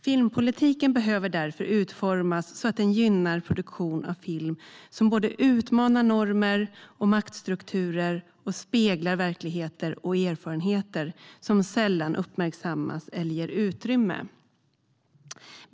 Filmpolitiken behöver därför utformas så att den gynnar produktion av film som både utmanar normer och maktstrukturer och speglar verkligheter och erfarenheter som sällan uppmärksammas eller ges utrymme.